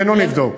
שנינו נבדוק.